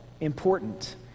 important